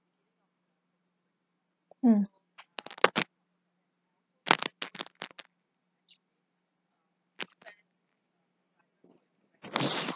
mm